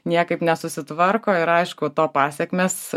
niekaip nesusitvarko ir aišku to pasekmės